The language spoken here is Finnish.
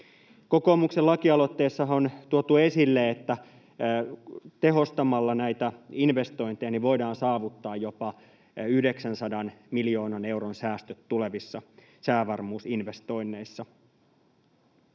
Kokoomuksen lakialoitteessa on tuotu esille, että tehostamalla näitä investointeja voidaan saavuttaa jopa 900 miljoonan euron säästöt tulevissa säävarmuusinvestoinneissa.